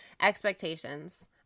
expectations